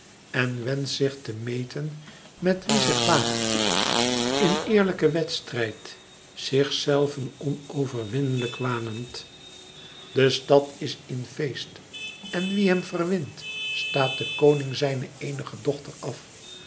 en wenscht zich te meten met wie zich waagt in eerlijken wedstrijd zichzelven onoverwinnelijk wanend de stad is in feest en wie hem verwint staat de koning zijne eenige dochter af